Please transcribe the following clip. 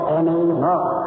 anymore